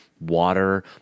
water